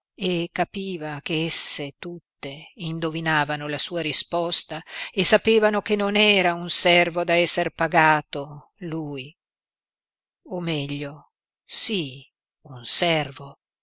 e capiva ch'esse tutte indovinavano la sua risposta e sapevano che non era un servo da esser pagato lui o meglio sí un servo